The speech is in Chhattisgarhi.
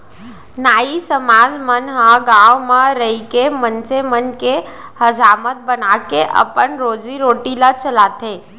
नाई समाज मन ह गाँव म रहिके मनसे मन के हजामत बनाके अपन रोजी रोटी ल चलाथे